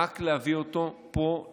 רק להביא אותו לפה,